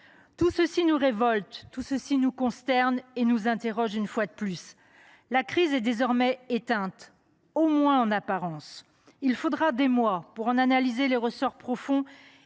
Tout cela nous révolte, nous consterne et nous interroge. La crise est désormais éteinte, au moins en apparence. Il faudra des mois pour en analyser les ressorts profonds